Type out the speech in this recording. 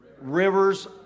rivers